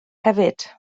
hefyd